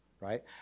Right